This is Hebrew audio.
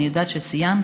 אני יודעת שסיימתי,